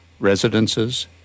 Residences